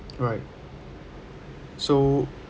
right so